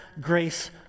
grace